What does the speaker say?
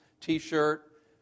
t-shirt